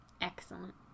Excellent